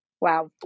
Wow